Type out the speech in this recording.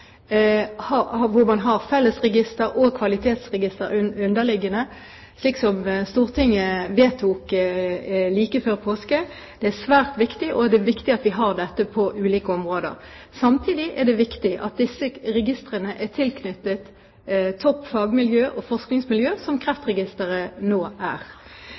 har et fellesregister og et underliggende kvalitetsregister, slik som Stortinget vedtok like før påske. Det er svært viktig, og det er viktig at vi har dette på ulike områder. Samtidig er det viktig at disse registrene er tilknyttet et topp fagmiljø og forskningsmiljø, slik Kreftregisteret nå er.